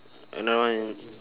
another one